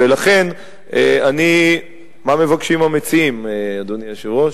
ולכן, מה מבקשים המציעים, אדוני היושב-ראש?